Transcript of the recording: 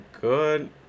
good